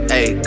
Hey